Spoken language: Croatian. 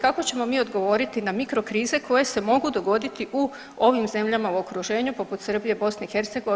Kako ćemo mi odgovoriti na mikro krize koje se mogu dogoditi u ovim zemljama u okruženju poput Srbije, BiH?